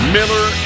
Miller